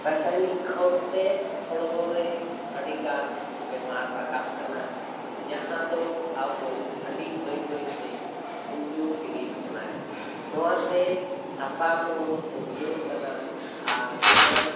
ᱨᱟᱥᱟᱭᱱᱤᱠ ᱠᱷᱚᱛ ᱛᱮ ᱦᱚᱲᱢᱚ ᱨᱮ ᱟᱹᱰᱤ ᱜᱟᱱ ᱵᱮᱢᱟᱨ ᱨᱟᱠᱟᱵ ᱠᱟᱱᱟ ᱡᱟᱦᱟᱸ ᱫᱚ ᱟᱵᱚ ᱟᱹᱰᱤ ᱵᱟᱹᱭ ᱵᱟᱹᱭ ᱛᱮ ᱠᱚᱢᱡᱳᱨ ᱤᱫᱤᱭᱮᱫ ᱵᱚᱱᱟᱭ ᱱᱚᱣᱟ ᱛᱮ ᱦᱟᱥᱟ ᱦᱚᱸ ᱠᱚᱢ ᱡᱳᱨᱚᱜ ᱠᱟᱱᱟ ᱟᱨ ᱡᱟᱦᱟᱸ